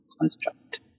construct